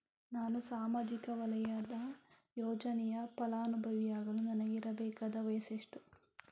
ನಾನು ಸಾಮಾಜಿಕ ವಲಯದ ಯೋಜನೆಯ ಫಲಾನುಭವಿಯಾಗಲು ನನಗೆ ಇರಬೇಕಾದ ವಯಸ್ಸುಎಷ್ಟು?